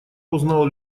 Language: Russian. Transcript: узнал